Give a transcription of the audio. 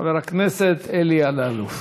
חבר הכנסת אלי אלאלוף.